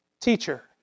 teacher